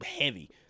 heavy